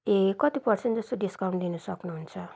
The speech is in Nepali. ए कति पर्सेन्ट जस्तो डिस्काउन्ट दिनु सक्नु हुन्छ